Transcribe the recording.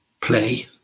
play